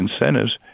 incentives